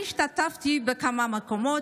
אני השתתפתי בכמה מקומות.